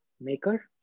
maker